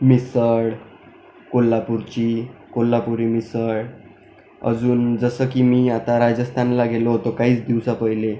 मिसळ कोल्हापूरची कोल्हापुरी मिसळ अजून जसं की मी आता राजस्थानला गेलो होतो काहीच दिवसापहिले